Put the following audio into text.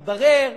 מתברר,